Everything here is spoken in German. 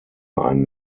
ein